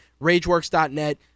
Rageworks.net